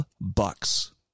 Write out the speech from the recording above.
bucks